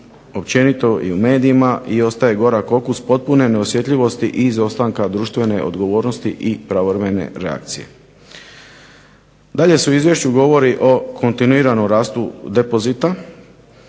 rečeno u medija i ostaje gorak okus potpune neosjetljivosti i izostanka društvene odgovornosti i pravovremene reakcije. Dalje se u izvješću govori o kontinuiranom rastu depozita,